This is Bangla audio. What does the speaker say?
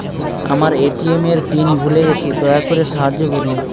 আমার এ.টি.এম এর পিন ভুলে গেছি, দয়া করে সাহায্য করুন